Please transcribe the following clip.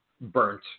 burnt